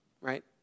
right